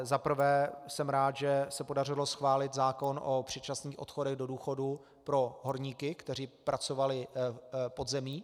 Za prvé jsem rád, že se podařilo schválit zákon o předčasných odchodech do důchodu pro horníky, kteří pracovali pod zemí.